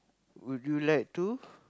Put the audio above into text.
would you like to